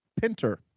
Pinter